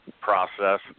process